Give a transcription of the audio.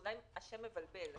אולי השם מבלבל.